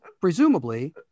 Presumably